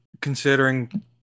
considering